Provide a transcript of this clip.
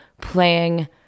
playing